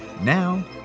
now